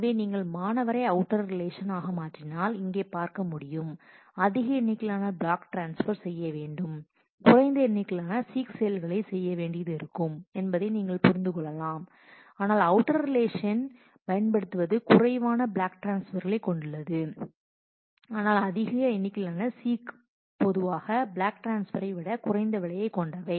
எனவே நீங்கள் மாணவரை அவுட்டர் ரிலேஷன் ஆக மாற்றினால் இங்கே பார்க்க முடியும் அதிக எண்ணிக்கையிலான ப்ளாக்ஸ் டிரான்ஸ்பர் செய்ய வேண்டும் குறைந்த எண்ணிக்கையிலான சீக் செயல்களைச் செய்ய வேண்டியது இருக்கும் என்பதை நீங்கள் புரிந்து கொள்ளலாம் ஆனால் அவுட்டர் ரிலேஷன் பயன்படுத்துவது குறைவான ப்ளாக் டிரான்ஸ்பர்களை கொண்டுள்ளது ஆனால் அதிக எண்ணிக்கையிலான சீக் பொதுவாக ப்ளாக்ஸ் டிரான்ஸ்பரை விட குறைந்த விலையை கொண்டவை